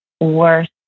worse